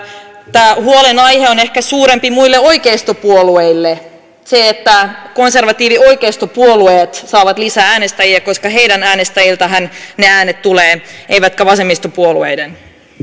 tämä huolenaihe on vielä suurempi muille oikeistopuolueille se että konservatiivioikeistopuolueet saavat lisää äänestäjiä koska heidän äänestäjiltäänhän ne äänet tulevat eivätkä vasemmistopuolueiden